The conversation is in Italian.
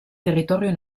territorio